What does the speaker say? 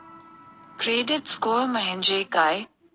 Credit score म्हणजे काय?